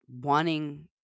wanting